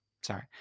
Sorry